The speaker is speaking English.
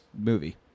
movie